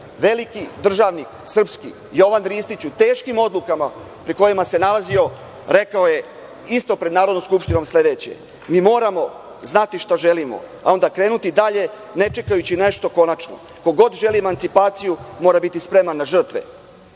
srpski državnik Jovan Ristić, u teškim odlukama pred kojima se nalazio, rekao je isto pred Narodnom skupštinom sledeće: „Mi moramo znati šta želimo, a onda krenuti dalje, ne čekajući nešto konačno. Ko god želi emancipaciju mora biti spreman na žrtve.